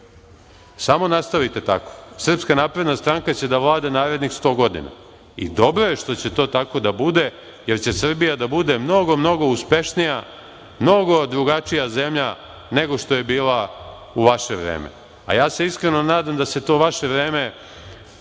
Samo nastavite tako, Srpska napredna stranka će da vlada narednih sto godina. I dobro je što će to tako da bude, jer će Srbija da bude mnogo, mnogo uspešnija, mnogo drugačija zemlja nego što je bila u vaše vreme. A ja se iskreno nadam da se to vaše vreme